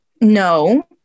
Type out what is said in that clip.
no